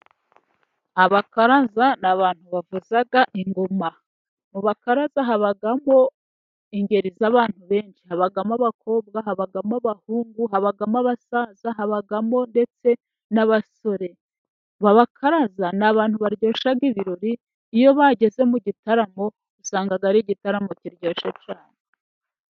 Abakaraza ni abantu bavuza ingoma, mu bakaraza habamo ingeri z'abantu benshi, habamo abakobwa, habamo abahungu, habamo abasaza, habamo ndetse n'abasore, abakaraza ni abantu baryoshya ibirori, iyo bageze mu gitaramo usanga ari igitaramo kiryoshye cyane.